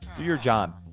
your job